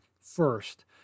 first